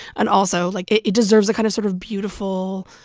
and also, like, it deserves the kind of sort of beautiful,